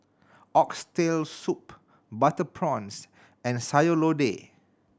Oxtail Soup butter prawns and Sayur Lodeh